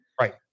Right